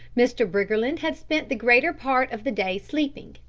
mr. briggerland had spent the greater part of the day sleeping.